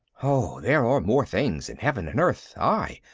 oh, there are more things in heaven and earth. aye,